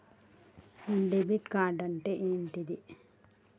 Debit card అంటే ఏంటిది?